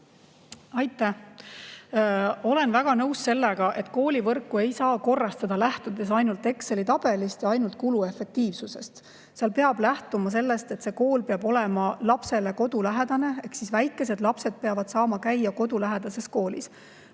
Aitäh! Ma olen väga nõus sellega, et koolivõrku ei saa korrastada lähtudes ainult Exceli tabelist ja ainult kuluefektiivsusest. Seal peab lähtuma sellest, et kool peab olema lapsele kodulähedane ehk väikesed lapsed peavad saama käia kodulähedases koolis.